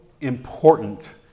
important